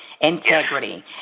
integrity